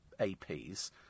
APs